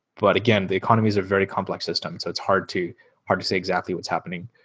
but again, the economy is a very complex system. so it's hard to hard to say exactly what's happening.